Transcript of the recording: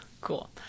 Cool